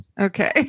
Okay